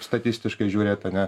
statistiškai žiūrėt ane